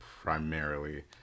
primarily